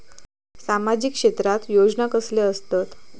सामाजिक क्षेत्रात योजना कसले असतत?